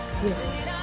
yes